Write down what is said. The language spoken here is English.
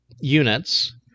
units